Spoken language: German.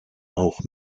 auch